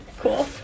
cool